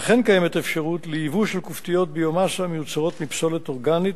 וכן קיימת אפשרות לייבוא של כופתיות ביו-מאסה המיוצרות מפסולת אורגנית,